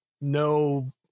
No